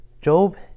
Job